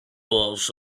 boss